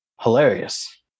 hilarious